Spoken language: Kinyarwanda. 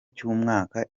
cy’umwaka